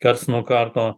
karts nuo karto